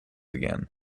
again